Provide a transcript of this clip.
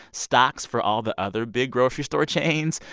stocks for all the other big grocery store chains,